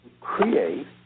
create